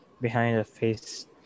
Behind-the-face